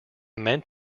meant